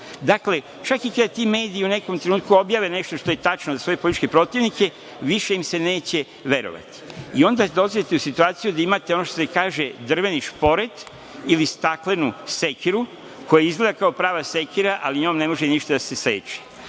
istinu, čak i kada ti mediji u nekom trenutku objave nešto što je tačno za svoje političke protivnike, više im se neće verovati i onda dolazite u situaciju da imate ono što se kaže, drveni šporet, ili staklenu sekiru, koja izgleda kao prava sekira, ali njome ne može ništa da se